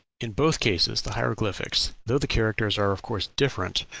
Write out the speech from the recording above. in both cases the hieroglyphics, though the characters are of course different,